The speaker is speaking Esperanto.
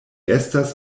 estas